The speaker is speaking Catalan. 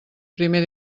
primer